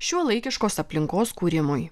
šiuolaikiškos aplinkos kūrimui